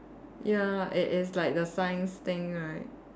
ya it is like the science thing right